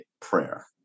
prayer